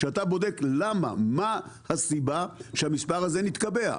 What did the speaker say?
כשאתה בודק מה הסיבה שהמספר הזה מתקבע,